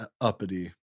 uppity